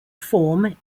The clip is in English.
form